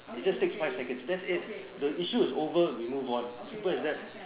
it just takes five seconds that's it the issue is over we move on simple as that